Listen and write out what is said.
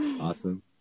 awesome